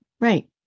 Right